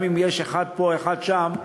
גם אם יש אחד פה אחד שם,